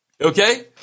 Okay